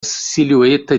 silhueta